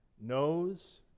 knows